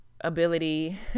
ability